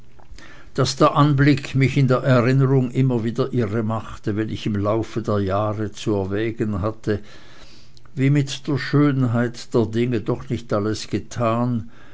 daß der anblick mich in der erinnerung immer wieder irremachte wenn ich im laufe der jahre zu erwägen hatte wie mit der schönheit der dinge doch nicht alles getan